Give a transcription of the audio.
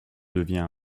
devient